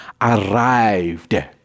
arrived